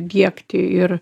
diegti ir